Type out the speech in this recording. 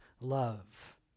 love